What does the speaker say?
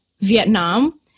Vietnam